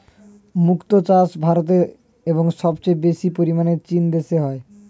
মুক্ত চাষ ভারতে এবং সবচেয়ে বেশি পরিমাণ চীন দেশে হয়